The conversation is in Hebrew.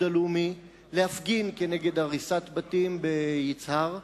הלאומי להפגין נגד הריסת בתים ביצהר,